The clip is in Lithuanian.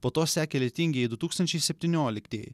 po to sekė lietingieji du tūkstančiai septynioliktieji